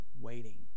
waiting